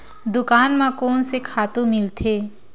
दुकान म कोन से खातु मिलथे?